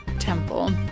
temple